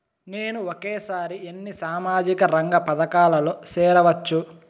నేను ఒకేసారి ఎన్ని సామాజిక రంగ పథకాలలో సేరవచ్చు?